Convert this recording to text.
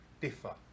differ